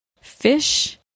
fish